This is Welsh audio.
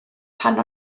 pan